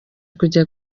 kujya